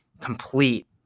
complete